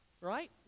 right